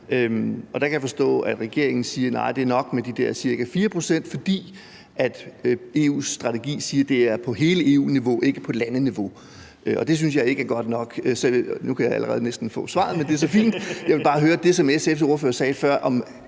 der kan jeg forstå, at regeringen siger, at nej, det er nok med de der ca. 4 pct., fordi EU's strategi siger, at det er på hele EU-niveau og ikke på landeniveau. Det synes jeg ikke er godt nok. Nu kan jeg allerede næsten få svaret, det er så fint. Jeg vil bare høre om det, som SF's ordfører sagde før,